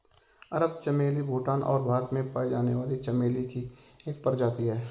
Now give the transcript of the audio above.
अरब चमेली भूटान और भारत में पाई जाने वाली चमेली की एक प्रजाति है